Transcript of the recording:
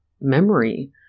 memory